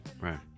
Right